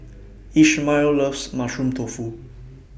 Ishmael loves Mushroom Tofu